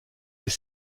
des